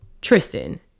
Tristan